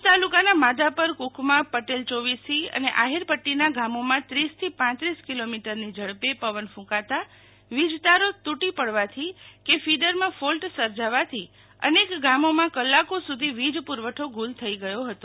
ભુજ તાલુકાના માધાપર ક્રકમા પટેલ ચોવીસી અને આફીરપદ્દીના ગામે ત્રીસથી પાંત્રીસ કિલોમીટરની ઝડપે પવન કૂંકતા વીજ તારો તૂટી પડવાથી કે ફીડરમાં ફોલ્ટ સર્જાવાથી અનેક ગામોમાં કલાકો સુધી વીજ પુરવઠો ગુલ થઇ ગયો હતો